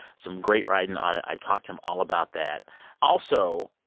some great writing on it, i talk to him all about that also,